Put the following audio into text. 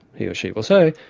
he or she will say,